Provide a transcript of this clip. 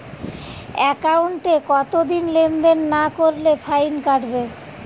একাউন্টে কতদিন লেনদেন না করলে ফাইন কাটবে?